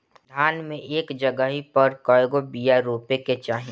धान मे एक जगही पर कएगो बिया रोपे के चाही?